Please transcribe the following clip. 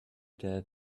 that